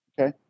okay